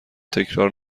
تکرار